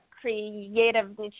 creative